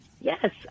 yes